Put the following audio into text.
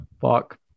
fuck